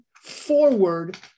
Forward